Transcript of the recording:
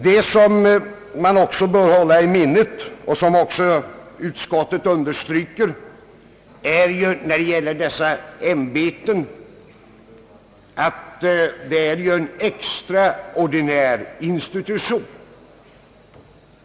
Det som man bör hålla i minnet och som också utskottet understryker är att dessa ämbeten är en extraordinär institution.